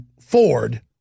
Ford